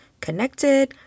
connected